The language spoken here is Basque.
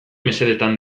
mesedetan